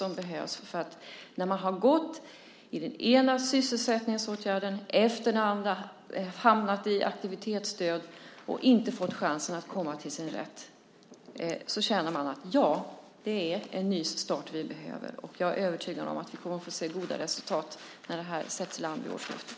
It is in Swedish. När de har gått i den ena sysselsättningsåtgärden efter den andra, hamnat i aktivitetsstöd och inte fått chansen att komma till sin rätt har de känt att det behövs en ny start. Jag är övertygad om att vi kommer att få se goda resultat när det här sätts i sjön vid årsskiftet.